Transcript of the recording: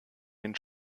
den